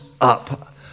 up